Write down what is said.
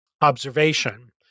observation